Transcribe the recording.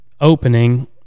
opening